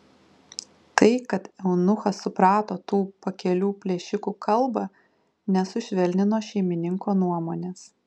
tai kad eunuchas suprato tų pakelių plėšikų kalbą nesušvelnino šeimininko nuomonės